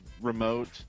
remote